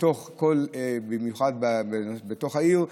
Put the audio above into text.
בייחוד בתוך העיר.